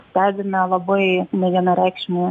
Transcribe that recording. stebina labai nevienareikšmė